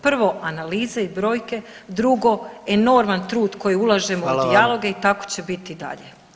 Prvo, analize i brojke, drugo enorman trud koji ulažemo u dijaloge i tako će biti i dalje.